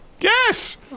Yes